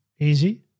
easy